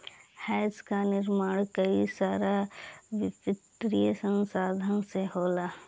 hedge कअ निर्माण कई सारा वित्तीय संसाधन से होला